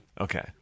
Okay